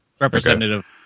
representative